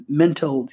mental